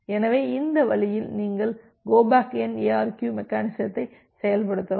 எனவே இந்த வழியில் நீங்கள் கோ பேக் என் எஆர்கியு மெக்கெனிசத்தை செயல்படுத்தலாம்